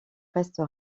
reste